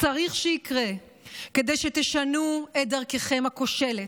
צריך שיקרה כדי שתשנו את דרככם הכושלת?